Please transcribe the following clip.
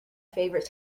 favorite